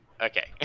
okay